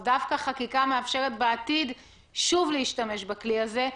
דווקא חקיקה מאפשרת בעתיד שוב להשתמש בכלי הזה.